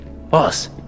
Boss